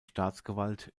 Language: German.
staatsgewalt